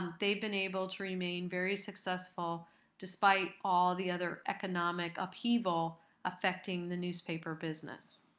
they've been able to remain very successful despite all the other economic upheaval affecting the newspaper business.